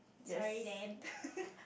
sorry then